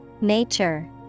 Nature